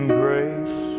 grace